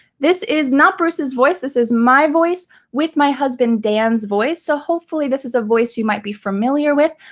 this is not bruce's voice, this is my voice with my husband dan's voice. so hopefully this is a voice you might be familiar with,